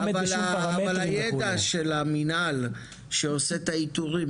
למנהל שעושה את האיתורים,